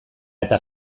eta